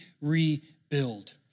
rebuild